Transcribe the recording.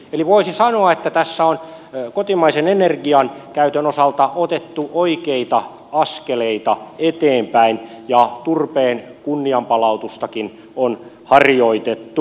eli voisi sanoa että tässä on kotimaisen energiankäytön osalta otettu oikeita askeleita eteenpäin ja turpeen kunnianpalautustakin on harjoitettu